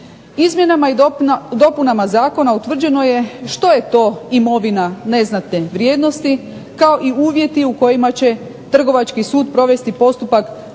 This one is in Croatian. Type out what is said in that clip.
Izmjenama i dopunama zakona utvrđeno je što je to imovina neznatne vrijednosti, kao i uvjeti u kojima će trgovački sud provesti postupak